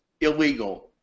illegal